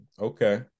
okay